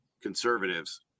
conservatives